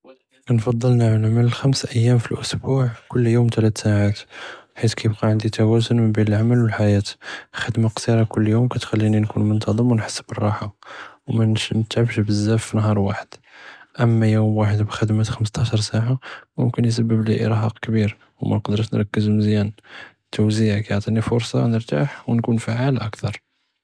כנפצ׳ל נעמל חמש ימים פי אלשבוע כל יום תלת שעה חית כיבקא ענדי תואזן מן בין אלעמל ו אלחיאה, אלחכּמה קצרה כל יום כתחליני נكون מנצמם ו נחש בלהרחה ו מנטעבּש בזיאף פי נהאר ואחד, אמא יום ואחד ב־חכּמה חמסטעשר שעה מומכן יסבּבלי ארחאק כביר ו מןכדרש נרכז מזיאן, אלתוזיע כיעטיני פורסה נרתאח ו נكون פעאל אכר.